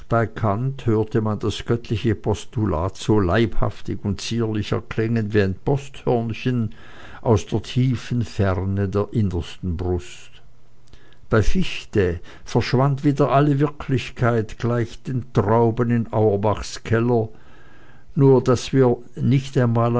kant horte man das göttliche postulat so leibhaftig und zierlich erklingen wie ein posthörnchen aus der tiefen ferne der innersten brust bei fichte verschwand wieder alle wirklichkeit gleich den trauben in auerbachs keller nur daß wir nicht einmal